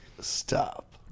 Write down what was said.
Stop